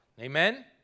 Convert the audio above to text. Amen